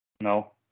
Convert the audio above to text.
No